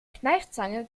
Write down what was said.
kneifzange